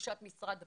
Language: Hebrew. ודרישת משרד הפנים.